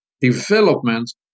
development